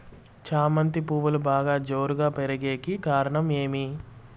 చామంతి పువ్వులు బాగా జోరుగా పెరిగేకి కారణం ఏమి?